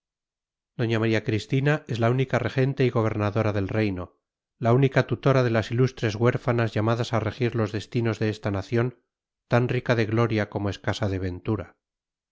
doña maría cristina es la única regente y gobernadora del reino la única tutora de las ilustres huérfanas llamadas a regir los destinos de esta nación tan rica de gloria como escasa de ventura